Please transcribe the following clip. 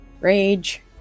Rage